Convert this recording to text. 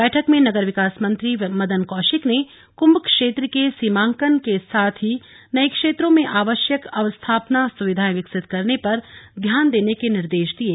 बैठक में नगर विकास मंत्री मदन कौशिक ने कुम्भ क्षेत्र के सीमांकन के साथ ही नये क्षेत्रों में आवश्यक अवस्थापना सुविधायें विकसित करने पर ध्यान देने के निर्देश दिये